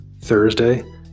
Thursday